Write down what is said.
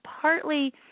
partly